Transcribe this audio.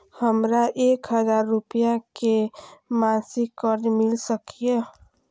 हमरा एक हजार रुपया के मासिक कर्ज मिल सकिय?